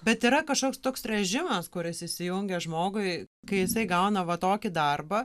bet yra kažkoks toks režimas kuris įsijungia žmogui kai jisai gauna va tokį darbą